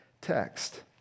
text